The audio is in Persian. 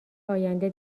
آینده